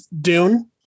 dune